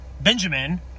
Benjamin